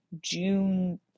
June